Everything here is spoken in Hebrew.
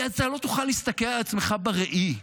כי אתה לא תוכל להסתכל על עצמך בראי.